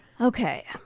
okay